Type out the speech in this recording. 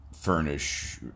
furnish